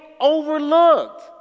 overlooked